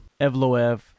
Evloev